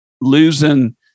losing